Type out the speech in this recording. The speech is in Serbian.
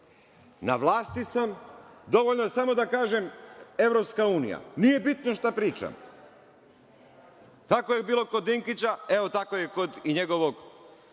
na vlasti sam, dovoljno je samo da kažem EU, nije bitno šta pričam. Tako je bilo kod Dinkića, a evo tako je i kod njegovog